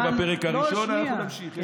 אנחנו בפרק הראשון, אנחנו נמשיך.